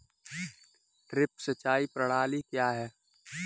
Drip सिंचाई प्रणाली क्या है?